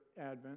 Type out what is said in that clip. Advent